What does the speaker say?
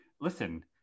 listen